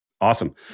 Awesome